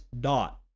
dot